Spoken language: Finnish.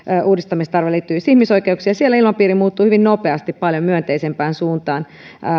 uudistamistarvehan liittyy ihmisoikeuksiin ja siellä ilmapiiri muuttui hyvin nopeasti paljon myönteisempään suuntaan